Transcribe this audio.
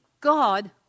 God